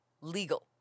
legal